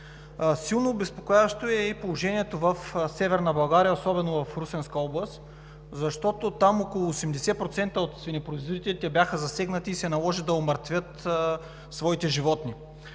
Силно обезпокояващо е и положението в Северна България, особено в Русенска област, защото там около 80% от свинепроизводителите бяха засегнати и се наложи да умъртвят своите животни.